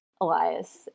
Elias